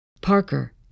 Parker